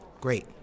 Great